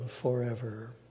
forever